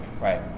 Right